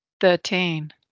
Thirteen